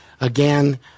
again